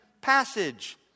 passage